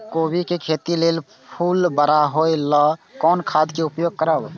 कोबी के खेती लेल फुल बड़ा होय ल कोन खाद के उपयोग करब?